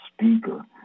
speaker